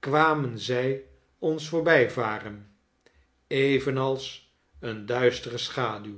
kwamen zij ons voorbijvaren evenals een duistere schaduw